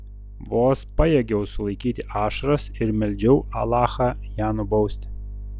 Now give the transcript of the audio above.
vos pajėgiau sulaikyti ašaras ir meldžiau alachą ją nubausti